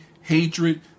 hatred